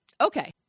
Okay